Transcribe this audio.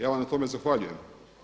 Ja vam na tome zahvaljujem.